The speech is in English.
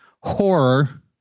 horror